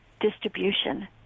distribution